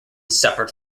suffered